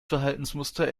verhaltensmuster